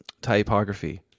typography